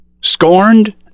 Scorned